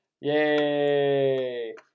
Yay